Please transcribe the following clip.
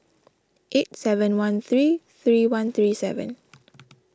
eight seven one three three one three seven